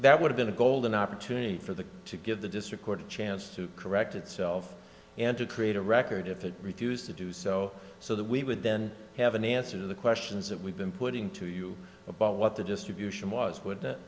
that would have been a golden opportunity for the to give the district court a chance to correct itself and to create a record if it refused to do so so that we would then have an answer the questions that we've been putting to you about what the distribution was would